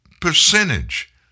percentage